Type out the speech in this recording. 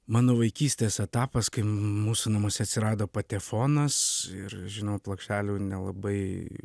mano vaikystės etapas kai mūsų namuose atsirado patefonas ir žinoma plokštelių nelabai